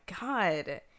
god